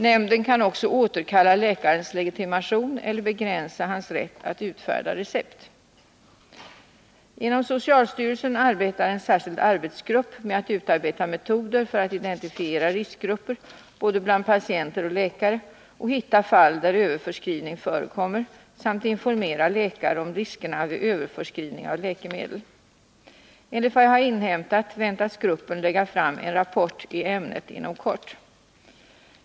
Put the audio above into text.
Nämnden kan också återkalla läkarens legitimation eller begränsa hans rätt att utfärda recept. Inom socialstyrelsen arbetar en särskild arbetsgrupp med att utarbeta metoder för att identifiera riskgrupper — både bland patienter och bland läkare — och hitta fall där överförskrivning förekommer samt informera läkare om riskerna vid överförskrivning av läkemedel. Enligt vad jag har inhämtat väntas gruppen lägga fram en rapport i ämnet inom kort.